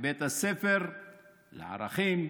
בבית הספר לערכים,